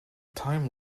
time